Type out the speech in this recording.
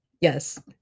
Yes